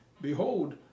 behold